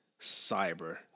cyber